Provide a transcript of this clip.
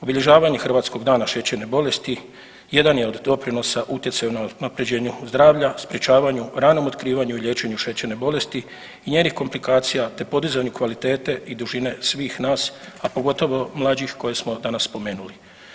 Obilježavanje Hrvatskog dana šećerne bolesti jedan je od doprinosa utjecaju na unaprjeđenju zdravlja, sprječavanju, ranom otkrivanju i liječenju šećerne bolesti i njenih komplikacija, te podizanju kvalitete i dužine svih nas, a pogotovo mlađih koje smo danas spomenuli.